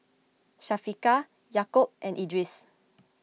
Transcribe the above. Syafiqah Yaakob and Idris